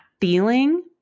feeling